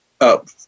up